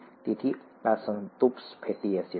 તેથી આ સંતૃપ્ત ફેટી એસિડ છે